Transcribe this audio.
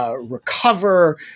recover